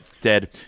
dead